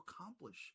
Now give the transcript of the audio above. accomplish